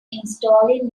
installing